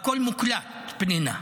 הכול מוקלט, פנינה.